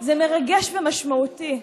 זה מרגש ומשמעותי.